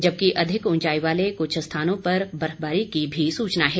जबकि अधिक ऊंचाई वाले कुछ स्थानों पर बर्फवारी की भी सूचना है